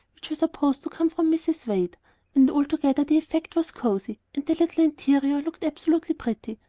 which were supposed to come from mrs. wade and altogether the effect was cosey, and the little interior looked absolutely pretty,